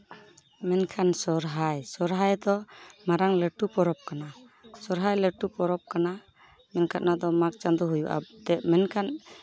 ᱢᱮᱱᱠᱷᱟᱱ ᱥᱚᱨᱦᱟᱭ ᱥᱚᱨᱦᱟᱭ ᱫᱚ ᱢᱟᱨᱟᱝ ᱞᱟᱹᱴᱩ ᱯᱚᱨᱚᱵᱽ ᱠᱟᱱᱟ ᱥᱚᱨᱦᱟᱭ ᱞᱟᱹᱴᱩ ᱯᱚᱨᱚᱵᱽ ᱠᱟᱱᱟ ᱢᱮᱱᱠᱷᱟᱱ ᱚᱱᱟ ᱫᱚ ᱢᱟᱜᱽ ᱪᱟᱸᱫᱚ ᱦᱩᱭᱩᱜᱼᱟ ᱮᱱᱛᱮᱫ ᱢᱮᱱᱠᱷᱟᱱ